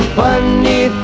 funny